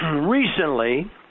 recently